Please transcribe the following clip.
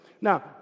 Now